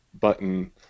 button